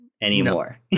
anymore